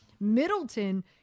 Middleton